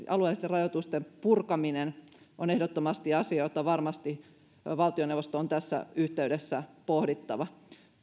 alueellisten rajoitusten purkaminen on ehdottomasti asia jota varmasti valtioneuvoston on tässä yhteydessä pohdittava